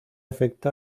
afecta